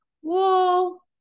Whoa